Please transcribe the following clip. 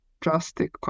drastic